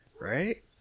Right